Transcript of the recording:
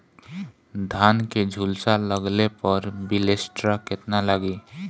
धान के झुलसा लगले पर विलेस्टरा कितना लागी?